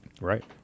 Right